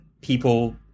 people